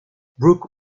brooke